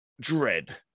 dread